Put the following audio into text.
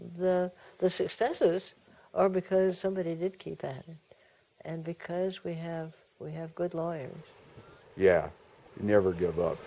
are because somebody did keep that and because we have we have good lawyers yeah never give up